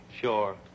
Sure